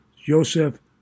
Joseph